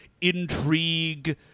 intrigue